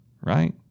right